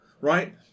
right